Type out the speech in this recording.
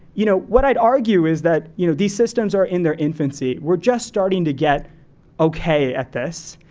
you know what i'd argue is that you know these systems are in their infancy. we're just starting to get okay at this.